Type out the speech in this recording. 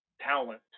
talent